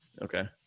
Okay